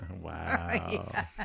Wow